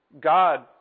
God